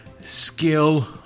skill